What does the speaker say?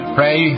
pray